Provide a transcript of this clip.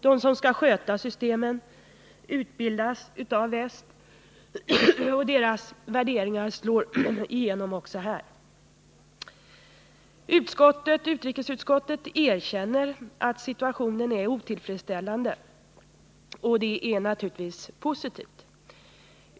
De som skall sköta systemen utbildas av väst, och dess värderingar slår igenom också här. 21 En ny internationell ordning på informationens och masskommunikationens område Utrikesutskottet erkänner att situationen är otillfredsställande, och det är naturligtvis positivt.